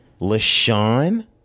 Lashawn